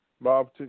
Bob